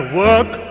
work